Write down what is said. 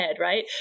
right